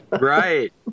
Right